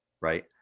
right